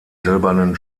silbernen